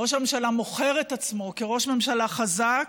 ראש הממשלה מוכר את עצמו כראש ממשלה חזק,